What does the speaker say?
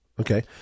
Okay